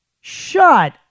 Shut